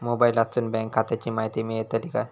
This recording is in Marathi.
मोबाईलातसून बँक खात्याची माहिती मेळतली काय?